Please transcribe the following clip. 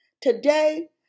Today